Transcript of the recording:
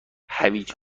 هویج